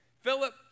Philip